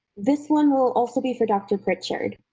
this one will also be for dr. pritchard.